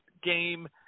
game